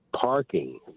parking